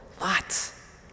lots